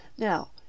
Now